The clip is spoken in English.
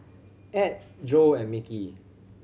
Add Jo and Mickey